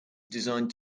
designed